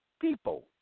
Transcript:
people